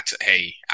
hey